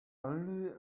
only